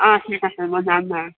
অ ঠিক আছে মই যাম বাৰু